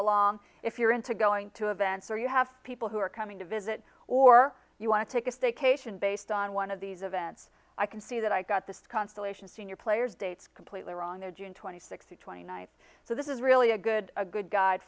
along if you're into going to events or you have people who are coming to visit or you want to take a staycation based on one of these events i can see that i got this constellation senior players dates completely wrong a june twenty sixth or twenty ninth so this is really a good a good guide